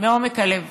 מעומק הלב